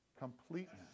completeness